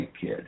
kid